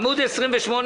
עמ' 28,